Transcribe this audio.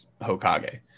Hokage